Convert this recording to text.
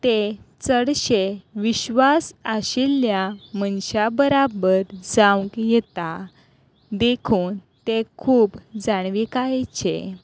ते चडशे विश्वास आशिल्ल्या मनशां बरोबर जावंक येता देखून तें खूब जाणविकायेचें